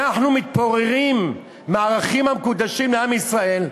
אנחנו מתפוררים מהערכים המקודשים לעם ישראל,